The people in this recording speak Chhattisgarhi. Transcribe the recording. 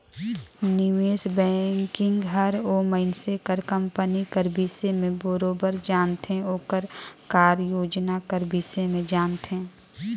निवेस बैंकिंग हर ओ मइनसे कर कंपनी कर बिसे में बरोबेर जानथे ओकर कारयोजना कर बिसे में जानथे